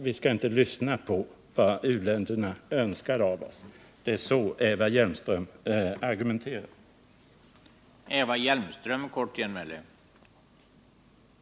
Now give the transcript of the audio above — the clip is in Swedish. Vi skall inte lyssna på vad u-länderna önskar av oss — det är Onsdagen den så Eva Hjelmström argumenterar. 2 maj 1979